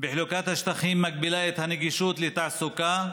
בחלוקת השטחים מגבילה את הנגישות לתעסוקה